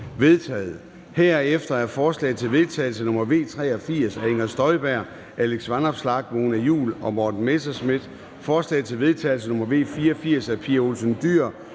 stemte 0. Herefter er forslag til vedtagelse nr. V 83 af Inger Støjberg (DD), Alex Vanopslagh (LA), Mona Juul (KF) og Morten Messerschmidt (DF), forslag til vedtagelse nr. V 84 af Pia Olsen Dyhr